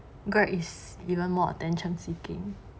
greg is even more attention seeking